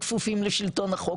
כפופים לשלטון החוק,